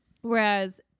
whereas